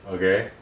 okay